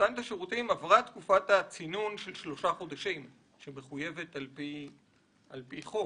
עברה תקופת הצינון של שלושה חודשים שמחויבת על פי חוק.